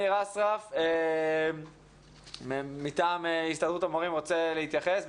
אסרף, מטעם הסתדרות המורים, רוצה להתייחס.